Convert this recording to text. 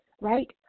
right